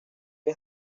que